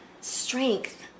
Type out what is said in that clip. strength